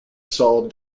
saw